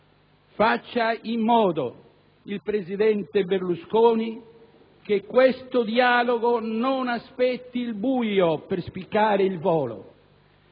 Faccia in modo il presidente Berlusconi che questo dialogo non aspetti il buio per spiccare il volo